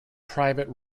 private